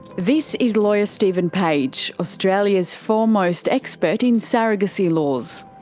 this is lawyer stephen page, australia's foremost expert in surrogacy laws.